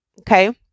Okay